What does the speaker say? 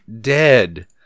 dead